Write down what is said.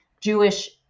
Jewish